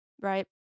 right